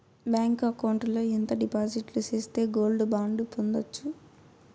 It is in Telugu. బ్యాంకు అకౌంట్ లో ఎంత డిపాజిట్లు సేస్తే గోల్డ్ బాండు పొందొచ్చు?